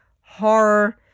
horror